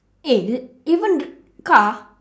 eh even the car